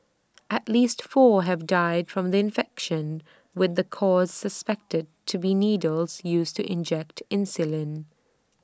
at least four have died from the infection with the cause suspected to be needles used to inject insulin